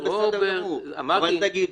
זה בסדר גמור -- לא,